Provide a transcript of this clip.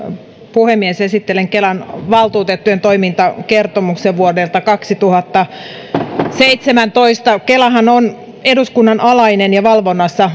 puhemies esittelen kelan valtuutettujen toimintakertomuksen vuodelta kaksituhattaseitsemäntoista kelahan on eduskunnan alainen ja valvonnassa